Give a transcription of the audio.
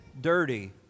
dirty